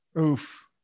Oof